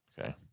Okay